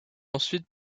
ensuite